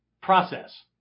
process